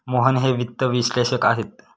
मोहन हे वित्त विश्लेषक आहेत